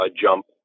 jump